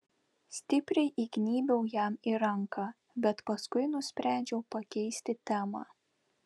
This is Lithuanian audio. stipriai įgnybiau jam į ranką bet paskui nusprendžiau pakeisti temą